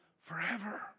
forever